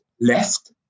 left